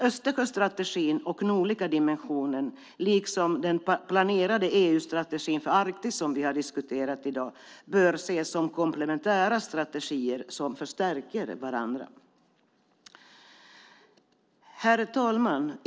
Östersjöstrategin och den nordliga dimensionen - liksom den planerade EU-strategin för Arktis som vi har diskuterat i dag - bör ses som komplementära strategier som förstärker varandra. Herr talman!